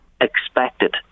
expected